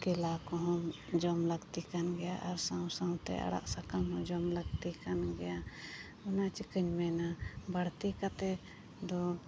ᱠᱮᱞᱟ ᱠᱚᱦᱚᱸ ᱡᱚᱢ ᱞᱟᱹᱠᱛᱤ ᱠᱟᱱ ᱜᱮᱭᱟ ᱟᱨ ᱥᱟᱶ ᱛᱮ ᱟᱲᱟᱜ ᱥᱟᱠᱟᱢ ᱦᱚᱸ ᱡᱚᱢ ᱞᱟᱹᱠᱛᱤ ᱠᱟᱱ ᱜᱮᱭᱟ ᱚᱱᱟ ᱪᱤᱠᱟᱹᱧ ᱢᱮᱱᱟ ᱵᱟᱹᱲᱛᱤ ᱠᱟᱛᱮ ᱫᱚ